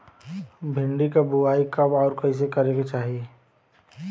भिंडी क बुआई कब अउर कइसे करे के चाही?